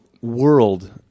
world